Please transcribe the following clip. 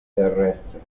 terrestre